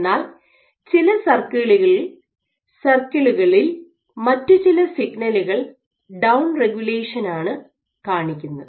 എന്നാൽ ചില സർക്കിളുകളിൽ മറ്റ് ചില സിഗ്നലുകൾ ഡൌൺ റെഗുലേഷൻ ആണ് കാണിക്കുന്നത്